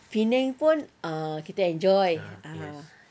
penang pun ah kita enjoy ah